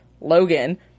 Logan